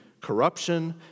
corruption